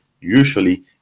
usually